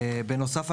בנוסף,